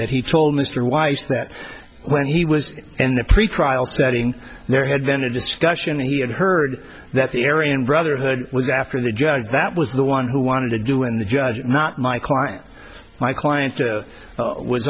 that he told mr weiss that when he was in a pretrial setting there had been a discussion he had heard that the area and brotherhood was after the judge that was the one who wanted to do when the judge not my client my client was